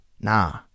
Nah